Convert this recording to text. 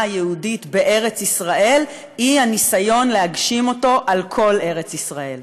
היהודית בארץ ישראל הוא הניסיון להגשים אותו על כל ארץ ישראל.